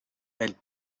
elle